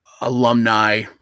alumni